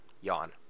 Yawn